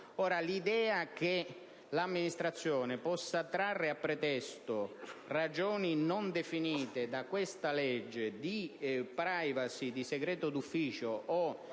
l'idea che l'amministrazione possa trarre a pretesto ragioni, non definite da questa legge, di *privacy* o di segreto d'ufficio